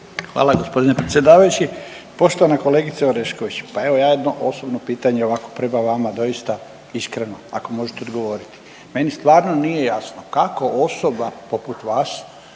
Hvala gospodine predsjedavajući. Poštovana kolegice Orešković, pa evo ja jedno osobno pitanje ovako prema vama doista iskreno ako možete odgovoriti. Meni stvarno nije jasno kako osoba poput vas